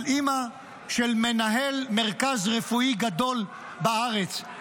על אימא של מנהל מרכז רפואי גדול בארץ.